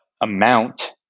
amount